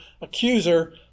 accuser